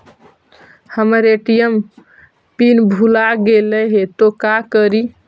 हमर ATM pin भूला गेली हे, तो का करि?